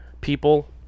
people